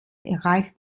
erreicht